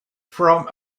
from